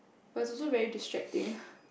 but it's also very distracting